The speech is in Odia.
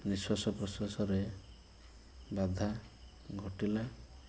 ନିଶ୍ୱାସ ପ୍ରଶ୍ୱାସରେ ବାଧା ଘଟିଲା